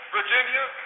Virginia